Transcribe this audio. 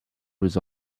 was